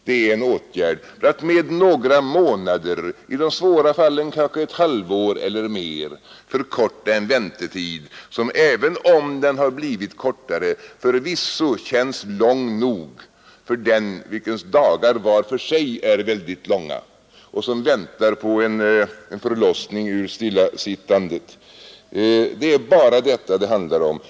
Det är en åtgärd för att med några månader, i de svåra fallen kanske ett halvår eller mer, förkorta en väntetid som, även om den har blivit kortare, förvisso känns lång nog för den vilkens dagar var för sig är väldigt långa och som väntar på en förlossning ur stillasittandet. Det är bara detta det handlar om.